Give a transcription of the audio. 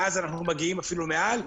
ואז אנחנו מגיעים אפילו מעל.